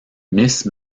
miss